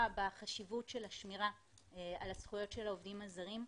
בחשיבות של השמירה על הזכויות של העובדים הזרים.